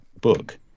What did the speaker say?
book